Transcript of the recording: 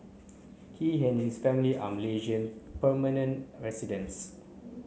he and his family are Malaysian permanent residents